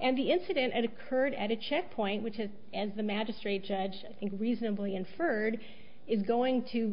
and the incident occurred at a checkpoint which has as the magistrate judge i think reasonably inferred is going to